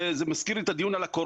זה מזכיר לי את הדיון על הקורונה,